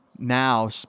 now